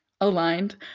aligned